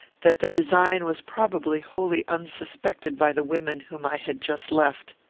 that the design was probably wholly unsuspected by the women whom i had just left.